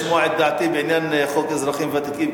לשמוע את דעתי בעניין חוק אזרחים ותיקים,